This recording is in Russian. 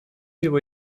его